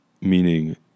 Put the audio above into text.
meaning